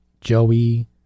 Joey